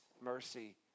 mercy